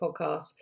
podcast